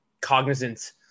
cognizant